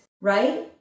right